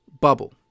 bubble